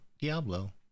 Diablo